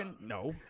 No